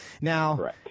Now –